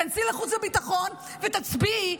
כנסי לחוץ וביטחון ותצביעי,